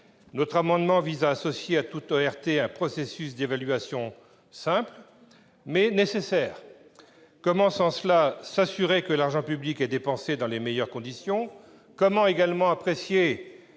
Notre amendement vise à associer à toute ORT un processus d'évaluation simple, mais nécessaire. Sans cela, comment s'assurer que l'argent public est dépensé dans les meilleures conditions ?